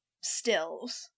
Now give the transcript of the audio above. stills